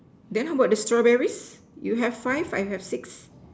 then how about the strawberries you have five I have six